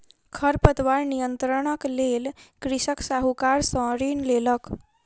खरपतवार नियंत्रणक लेल कृषक साहूकार सॅ ऋण लेलक